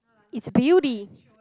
it's beauty